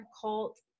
cult